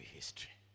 history